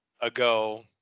ago